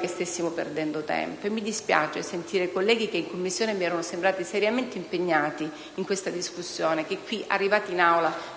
che stessimo perdendo tempo, e mi dispiace sentire colleghi, che in Commissione mi erano sembrati seriamente impegnati in questa discussione che, arrivati in Aula, fanno